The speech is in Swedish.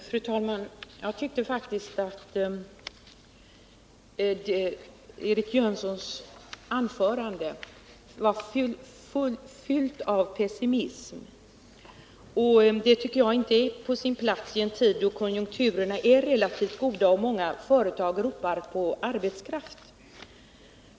Fru talman! Jag tyckte faktiskt att Eric Jönssons anförande var fyllt av pessimism. Det tycker jag inte är på sin plats i en tid, då konjunkturerna är relativt goda och många företag ropar på arbetskraft.